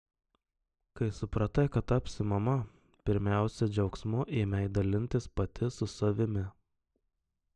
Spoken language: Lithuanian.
kai supratai kad tapsi mama pirmiausia džiaugsmu ėmei dalintis pati su savimi